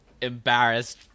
embarrassed